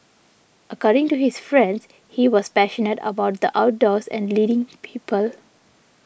according to his friends he was passionate about the outdoors and leading people